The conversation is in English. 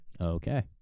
Okay